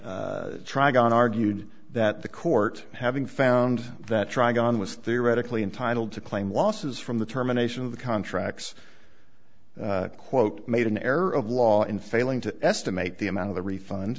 gone argued that the court having found that trying on was theoretically entitled to claim losses from the terminations of the contracts quote made an error of law in failing to estimate the amount of the refund